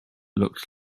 looked